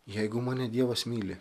jeigu mane dievas myli